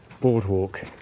boardwalk